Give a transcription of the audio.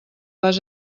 vas